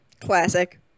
Classic